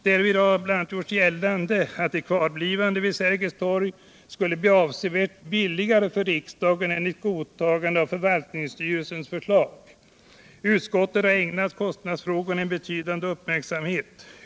Därvid har bl.a. gjorts gällande att ett kvarblivande vid Sergels torg skulle bli avsevärt billigare för riksdagen än ett godtagande av förvaltningsstyrelsens förslag. Utskottet har ägnat kostnadsfrågorna en betydande uppmärksamhet.